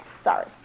Sorry